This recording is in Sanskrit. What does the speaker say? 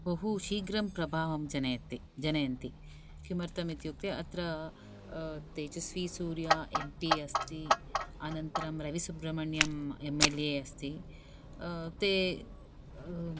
बहु शीघ्रं प्रभावं जनयति जनयन्ति किमर्तम् इत्युक्ते अत्र तेजस्वी सूर्या एम् पी अस्ति अनन्तरं Ravi Subrahmanyam M L A अस्ति ते